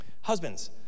husbands